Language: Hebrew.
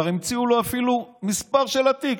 כבר המציאו לו אפילו מספר לתיק,